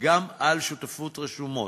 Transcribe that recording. גם על שותפויות רשומות,